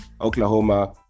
Oklahoma